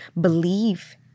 believe